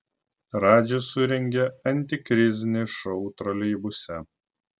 radžis surengė antikrizinį šou troleibuse